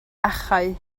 achau